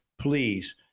please